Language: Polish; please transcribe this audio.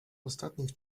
ostatnich